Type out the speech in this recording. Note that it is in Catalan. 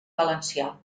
valencià